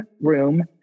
room